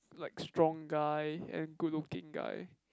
like strong guy and good looking guy